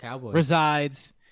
resides